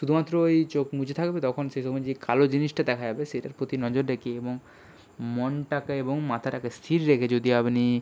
শুধুমাত্র ওই চোখ মুজে থাকবে তখন সেসময় যে কালো জিনিসটা দেখা যাবে সেটার প্রতি নজর রেখে এবং মনটাকে এবং মাথাটাকে স্থির রেখে যদি আপনি